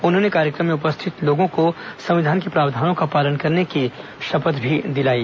उन्होंने कार्यक्रम में उपस्थित लोगों को संविधान के प्रावधानों का पालन करने की शपथ भी दिलायी